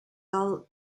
also